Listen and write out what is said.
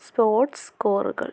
sports സ്കോറുകൾ